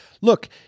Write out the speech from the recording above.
look